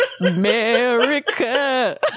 America